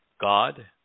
God